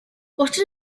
учир